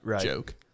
joke